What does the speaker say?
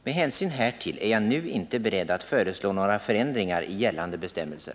Med hänsyn härtill är jag nu inte beredd att föreslå några förändringar i gällande bestämmelser.